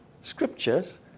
Scriptures